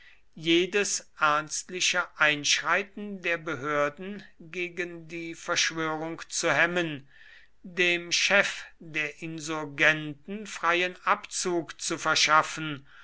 jedes ernstliche einschreiten der behörden gegen die verschwörung zu hemmen dem chef der insurgenten freien abzug zu verschaffen